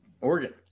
Oregon